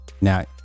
now